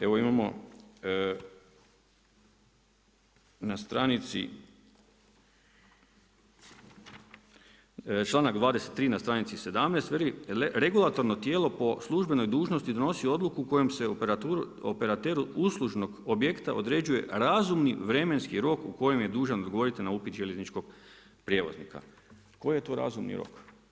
Evo imamo na stranici članak 23. na stranici 17, veli: „Regulatorno tijelo po službenoj dužnosti donosi odluku u kojem se operateru uslužnog objekta određuje razumni vremenski rok u kojem je dužan odgovoriti na upit željezničkog prijevoznika.“ Koji je to razumni rok?